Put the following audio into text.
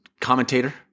commentator